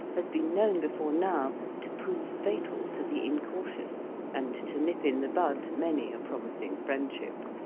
has been known before now to prove fatal to the incau tious, and to nip in the bud many a promising friendship.